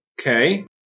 Okay